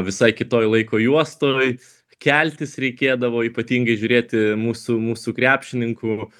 visai kitoj laiko juostoj keltis reikėdavo ypatingai žiūrėti mūsų mūsų krepšininkų